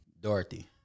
Dorothy